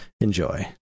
Enjoy